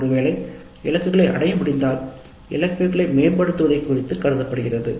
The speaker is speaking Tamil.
CO களின் நிலையை பொருத்து இலக்குகள் மேம்படுத்த படுகின்றன